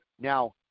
Now